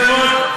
טוב,